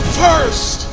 first